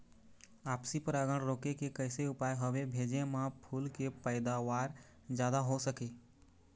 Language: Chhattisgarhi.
आपसी परागण रोके के कैसे उपाय हवे भेजे मा फूल के पैदावार जादा हों सके?